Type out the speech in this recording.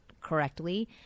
correctly